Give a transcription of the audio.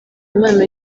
impano